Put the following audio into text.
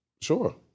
sure